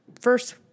first